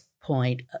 point